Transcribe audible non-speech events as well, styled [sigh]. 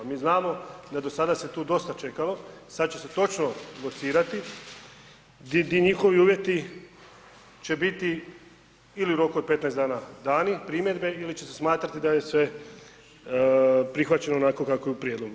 Mi znamo da do sada se tu dosta čekalo, sada će se točno ... [unintelligible] gdje njihovi uvjeti će biti ili u roku od 15 dana dani, primjedbe ili će se smatrati da je sve prihvaćeno onako kako je u prijedlogu.